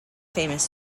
famous